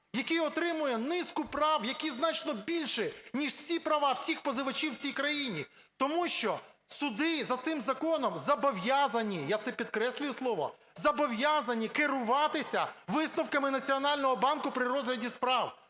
який отримує низку прав, які значно більші, ніж всі права всіх позивачів в цій країні. Тому що суди, за цим законом, зобов'язані, я це підкреслюю слово, зобов'язані керуватися висновками Національного банку при розгляді справ.